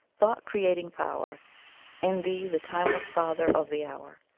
thought-creating power in thee, the timeless father of the hour.